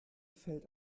fällt